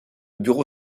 bureau